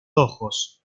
ojos